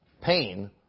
pain